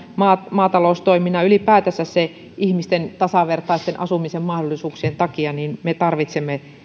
maataloustoiminnan ylipäätänsä ihmisten tasavertaisten asumisen mahdollisuuksien takia me tarvitsemme